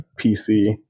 pc